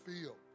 feel